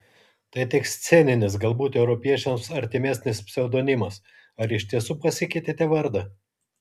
tai tik sceninis galbūt europiečiams artimesnis pseudonimas ar iš tiesų pasikeitėte vardą